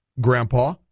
Grandpa